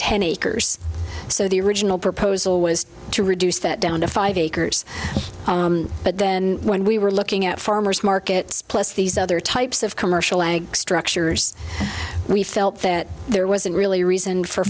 ten acres so the original proposal was to reduce that down to five acres but then when we were looking at farmers markets plus these other types of commercial ag structures we felt that there wasn't really a reason for